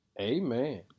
amen